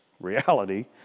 reality